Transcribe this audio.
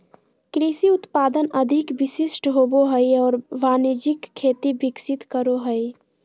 कृषि उत्पादन अधिक विशिष्ट होबो हइ और वाणिज्यिक खेती विकसित करो हइ